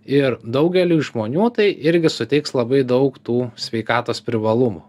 ir daugeliui žmonių tai irgi suteiks labai daug tų sveikatos privalumų